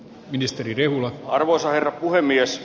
arvoisa herra puhemies